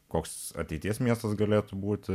koks ateities miestas galėtų būti